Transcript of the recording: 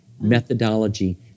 methodology